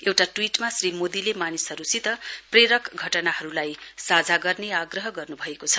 एउटा ट्वीटमा श्री मोदीले मानिसहरुसित प्रेरक घटनाहरुलाई साझा गर्ने आग्रह गर्नुभएको छ